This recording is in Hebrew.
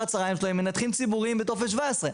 הצוהריים שלו עם מנתחים ציבוריים בטופס 17,